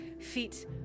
feet